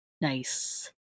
Nice